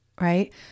right